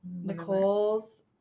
Nicole's